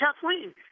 Kathleen